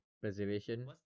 Preservation